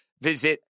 visit